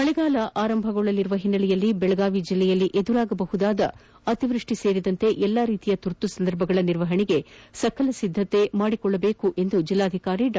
ಮಳೆಗಾಲ ಆರಂಭಗೊಳ್ಳಲರುವ ಹಿನ್ನೆಲೆಯಲ್ಲಿ ಬೆಳಗಾವಿ ಬೆಳ್ಲೆಯಲ್ಲಿ ಎದುರಾಗಬಹುದಾದ ಅತಿವೃಷ್ಷಿ ಸೇರಿದಂತೆ ಎಲ್ಲ ರೀತಿಯ ತುರ್ತು ಸಂದರ್ಭಗಳ ನಿರ್ವಹಣೆಗೆ ಸಕಲ ಸಿದ್ದತೆ ಮಾಡಿಕೊಳ್ಳಬೇಕು ಎಂದು ಜಿಲ್ಲಾಧಿಕಾರಿ ಡಾ